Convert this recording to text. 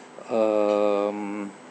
um